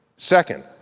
Second